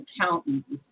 accountants